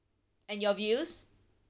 and your views